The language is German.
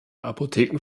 apotheken